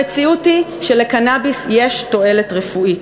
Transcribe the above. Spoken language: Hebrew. המציאות היא שלקנאביס יש תועלת רפואית.